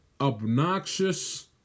obnoxious